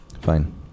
fine